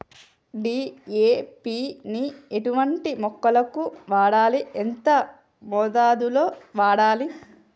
DAP ని ఎటువంటి మొక్కలకు వాడాలి? ఎంత మోతాదులో వాడాలి?